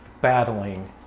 battling